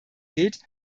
geht